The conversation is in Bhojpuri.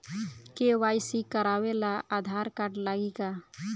के.वाइ.सी करावे ला आधार कार्ड लागी का?